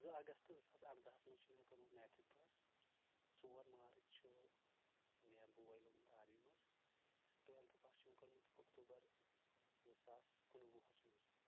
زٕ اگستہٕ زٕ ساس اردہس منٛز چھُ مےٚ کوٚرمُت میٹرک پاس ژور مارٕچ چھ مےٚ بوے لوٚگمُت آرمی منٛز ٹویلتھٕ پاس چھُ مےٚ کوٚرمُت اکتوٗبر زٕ ساس کُنوُہس منٛز